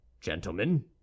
gentlemen